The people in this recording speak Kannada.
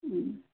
ಹ್ಞೂ